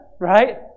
Right